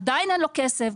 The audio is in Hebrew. עדיין אין לו כסף,